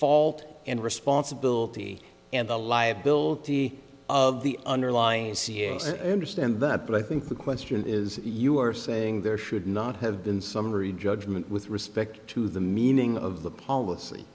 fault and responsibility and the liability of the underlying understand that but i think the question is you are saying there should not have been summary judgment with respect to the meaning of the policy